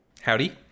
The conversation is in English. Howdy